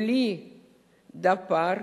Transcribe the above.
בלי דפ"ר,